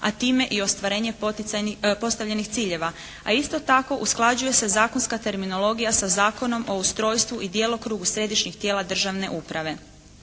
a time i ostvarenje postavljenih ciljeva. A isto tako usklađuje se zakonska terminologija sa Zakonom o ustrojstvu i djelokrugu Središnjih tijela državne uprave.